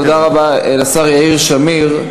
תודה רבה לשר יאיר שמיר.